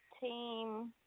team